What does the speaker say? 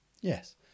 Yes